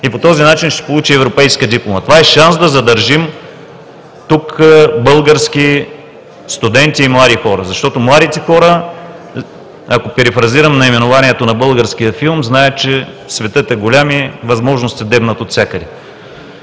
и по този начин ще получи европейска диплома. Това е шанс да задържим тук български студенти и млади хора, защото младите хора, ако перифразирам наименованието на българския филм, знаят, че „Светът е голям и възможности дебнат отвсякъде“.